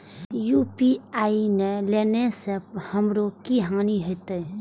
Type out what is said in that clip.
UPI ने लेने से हमरो की हानि होते?